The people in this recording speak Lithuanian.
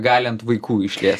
galią ant vaikų išlies